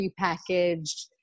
prepackaged